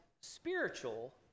spiritual